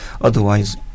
otherwise